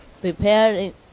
preparing